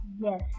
Yes